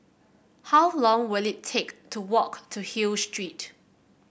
how long will it take to walk to Hill Street